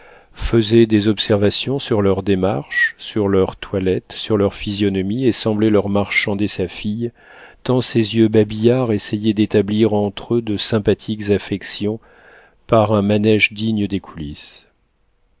faisait des observations sur leurs démarches sur leurs toilettes sur leurs physionomies et semblait leur marchander sa fille tant ses yeux babillards essayaient d'établir entre eux de sympathiques affections par un manége digne des coulisses